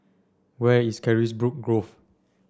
where is Carisbrooke Grove